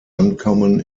uncommon